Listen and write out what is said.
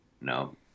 no